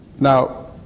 Now